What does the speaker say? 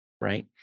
Right